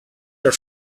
your